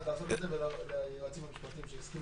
וליועצים המשפטיים.